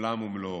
עולם ומלואו.